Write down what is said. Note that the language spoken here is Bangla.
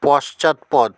পশ্চাৎপদ